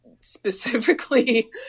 specifically